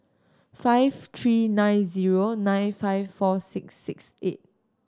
five three nine zero nine five four six six eight